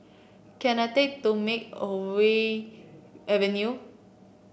can I take to Makeaway Avenue